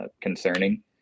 concerning